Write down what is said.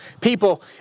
people